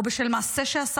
או בשל מעשה שעשה,